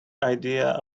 idea